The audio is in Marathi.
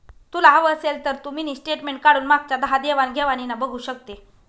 तुला हवं असेल तर तू मिनी स्टेटमेंट काढून मागच्या दहा देवाण घेवाणीना बघू शकते